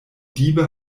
diebe